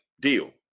deal